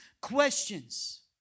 questions